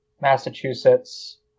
Massachusetts